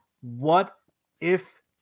what-if